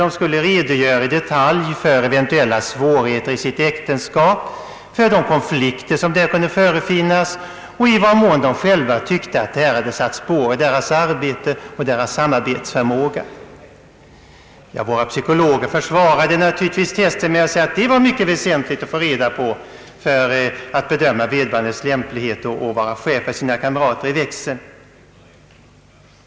De skulle redogöra i detalj för eventuella svårigheter i äktenskapet, för de konflikter som där kunde förefinnas och i vad mån de själva tyckte att dessa konflikter hade satt spår i deras arbete och deras samarbetsförmåga. Våra psykologer försvarade naturligtvis testet med att det var mycket väsentligt att få reda på detta för att kunna bedöma vederbörandes lämplighet att vara chef för sina kamrater i växeln.